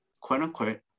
quote-unquote